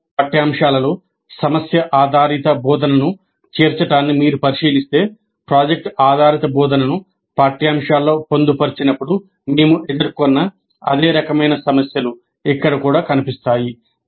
programme పాఠ్యాంశాల్లో సమస్య ఆధారిత బోధనను చేర్చడాన్ని మీరు పరిశీలిస్తే ప్రాజెక్ట్ ఆధారిత బోధనను పాఠ్యాంశాల్లో పొందుపర్చినప్పుడు మేము ఎదుర్కొన్న అదే రకమైన సమస్యలు ఇక్కడ కూడా కనిపిస్తాయి